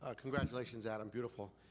ah congratulations adam, beautiful.